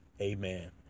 amen